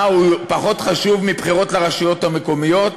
מה, הוא פחות חשוב מבחירות לרשויות המקומיות?